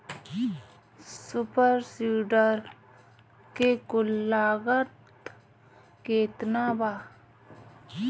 Super seeder के कुल लागत केतना बा?